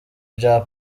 bya